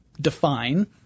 define